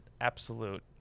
absolute